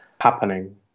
happening